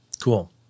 Cool